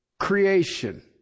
creation